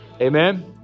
Amen